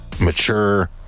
mature